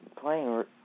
playing